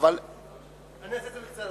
אני אעשה את זה בקצרה.